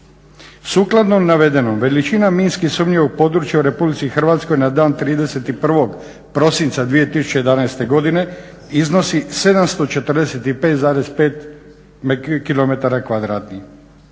Sukladno navedenom, veličina minski sumnjivog područja u Republici Hrvatskoj na dan 31. prosinca 2011.godine iznosi 745,5 km2.